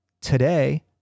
today